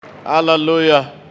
Hallelujah